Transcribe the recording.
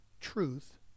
truth